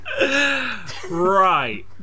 Right